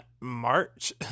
March